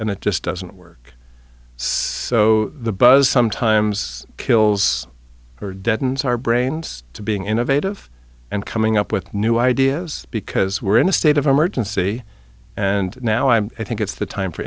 and it just doesn't work so the buzz sometimes kills or deadens our brains to being innovative and coming up with new ideas because we're in a state of emergency and now i think it's the time for